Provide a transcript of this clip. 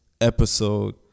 episode